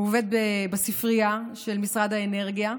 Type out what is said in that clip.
הוא עובד בספרייה של משרד האנרגיה.